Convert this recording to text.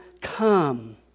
Come